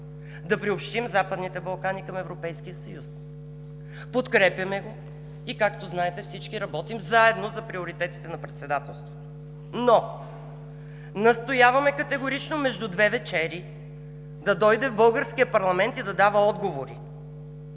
да приобщим Западните Балкани към Европейския съюз. Подкрепяме го и както знаете всички работим заедно за приоритетите на Председателството, но настояваме категорично между две вечери да дойде в българския парламент и да дава отговори,